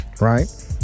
Right